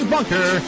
Bunker